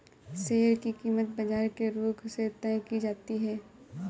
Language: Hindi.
शेयर की कीमत बाजार के रुख से तय की जाती है